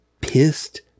pissed